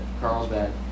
Carlsbad